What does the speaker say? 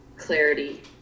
Clarity